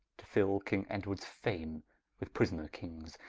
to fill king edwards fame with prisoner kings,